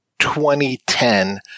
2010